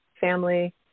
family